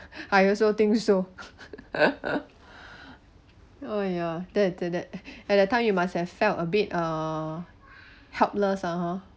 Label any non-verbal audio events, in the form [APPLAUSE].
I also think so [LAUGHS] oh ya that that that at that time you must have felt a bit uh helpless lah hor